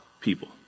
people